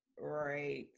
right